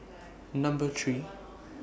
Number three